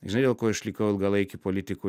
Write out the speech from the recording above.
žinai dėl ko išlikau ilgalaiki politiku